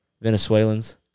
Venezuelans